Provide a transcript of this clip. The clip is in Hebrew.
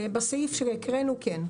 בסעיף שהקראנו, כן.